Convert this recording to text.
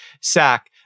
sack